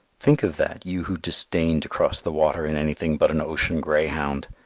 think of that, you who disdain to cross the water in anything but an ocean greyhound!